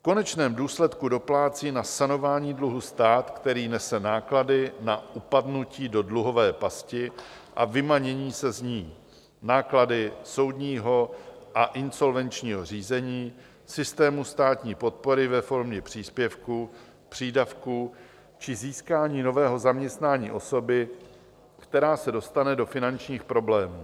V konečném důsledku doplácí na sanování dluhu stát, který nese náklady na upadnutí do dluhové pasti a vymanění se z ní, náklady soudního a insolvenčního řízení systému státní podpory ve formě příspěvku, přídavku či získání nového zaměstnání osoby, která se dostane do finančních problémů.